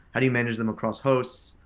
how do you manage them across hosts?